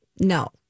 No